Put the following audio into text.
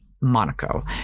Monaco